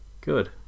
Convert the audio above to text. good